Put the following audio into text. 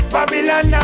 Babylon